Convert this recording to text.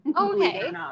Okay